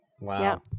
Wow